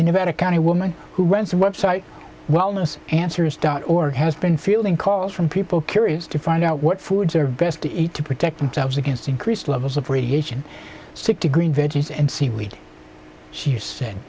better county woman who runs the website wellness answers dot org has been fielding calls from people curious to find out what foods are best to eat to protect themselves against increased levels of radiation sick to green veggies and seaweed she